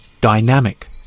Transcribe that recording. dynamic